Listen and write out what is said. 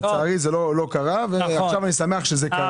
לצערי זה לא קרה ועכשיו אני שמח שזה קרה.